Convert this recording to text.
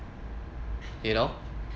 you know